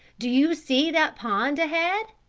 do you see that pond ahead?